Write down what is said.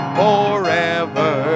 forever